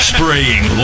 Spraying